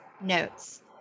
notes